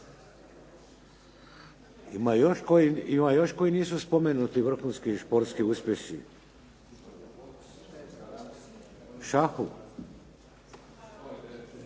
Ima još koji nisu spomenuti vrhunski športski uspjesi. U